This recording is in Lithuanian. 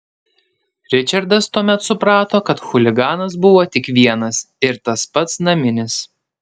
ričardas tuomet suprato kad chuliganas buvo tik vienas ir tas pats naminis